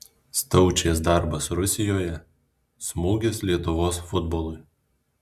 staučės darbas rusijoje smūgis lietuvos futbolui